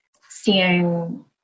seeing